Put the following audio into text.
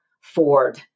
Ford